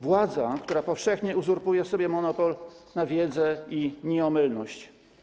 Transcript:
Władzy, która powszechnie uzurpuje sobie monopol na wiedzę i nieomylność.